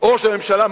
ראש הממשלה.